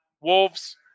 Wolves